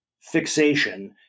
fixation